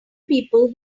people